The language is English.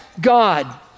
God